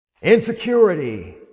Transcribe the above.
insecurity